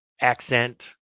accent